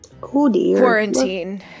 Quarantine